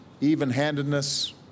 even-handedness